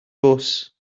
fws